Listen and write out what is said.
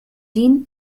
jin